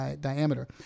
diameter